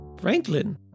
Franklin